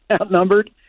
outnumbered